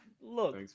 Look